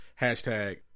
hashtag